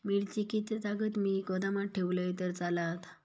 मिरची कीततागत मी गोदामात ठेवलंय तर चालात?